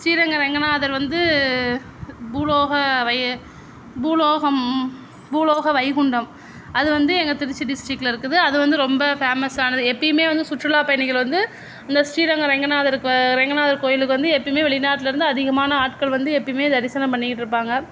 ஸ்ரீரங்க ரங்கநாதர் வந்து பூலோக வைய பூலோகம் பூலோக வைகுண்டம் அது வந்து எங்கள் திருச்சி டிஸ்ட்ரிக்கில் இருக்குது அது வந்து ரொம்ப ஃபேமஸ்ஸானது எப்போயுமே வந்து சுற்றுலாப் பயணிகள் வந்து இந்த ஸ்ரீரங்க ரங்கநாதர்க்கு ரங்கநாதர் கோயிலுக்கு வந்து எப்போயுமே வெளிநாட்டுலேருந்து அதிகமான ஆட்கள் வந்து எப்போயுமே தரிசனம் பண்ணிக்கிட்டுருப்பாங்க